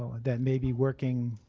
that may be working